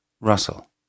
Russell